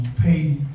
pay